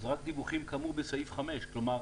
אז רק דיווחים כאמור בסעיף 5. כלומר,